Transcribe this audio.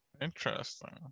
Interesting